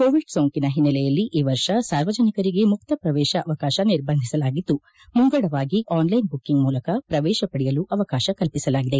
covid ಸೋಂಕಿನ ಒನ್ನೆಲೆಯಲ್ಲಿ ಈ ವರ್ಷ ಸಾರ್ವಜನಿಕರಿಗೆ ಮುಕ್ತ ಪ್ರವೇಶ ಅವಕಾಶ ನಿರ್ಬಂಧಿಸಲಾಗಿದ್ದು ಮುಂಗಡವಾಗಿ ಆನ್ಲೈನ್ ಬುಕ್ಕಿಂಗ್ ಮೂಲಕ ಪ್ರವೇತ ಪಡೆಯಲು ಅವಕಾಶ ಕಲ್ಪಿಸಲಾಗಿದೆ